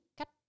cách